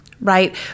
Right